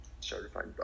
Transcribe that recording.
certified